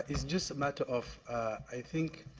ah it's just a matter of i think